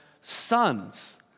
sons